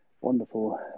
wonderful